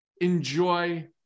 enjoy